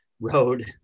road